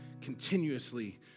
continuously